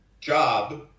job